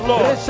Lord